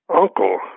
uncle